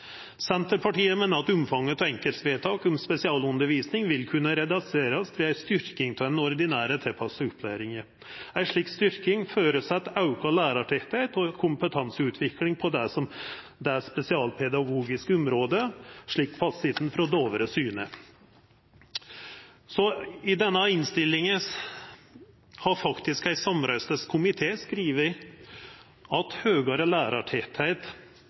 Senterpartiet meiner at omfanget av enkeltvedtak om spesialundervisning vil kunna reduserast ved ei styrking av den ordinære tilpassa opplæringa. Ei slik styrking føreset auka lærartettleik og kompetanseutvikling på det spesialpedagogiske området, slik fasiten frå Dovre syner. I denne innstillinga har faktisk ein samrøystes komité skrive at høgare